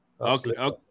okay